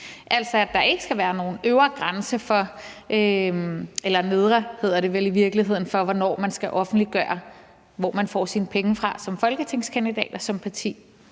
altså at der ikke skal være nogen øvre, eller det hedder vel i virkeligheden nedre grænse for, hvornår man skal offentliggøre, hvor man får sine penge fra som folketingskandidat og som parti.